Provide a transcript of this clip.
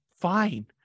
fine